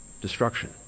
destruction